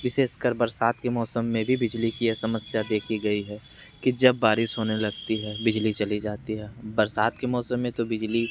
विशेष कर बरसात के मौसम में भी बिजली की यह समस्या देखी गई है की जब बारिश होने लगती है बिजली चली जाती है बरसात के मौसम में तो बिजली